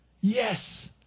yes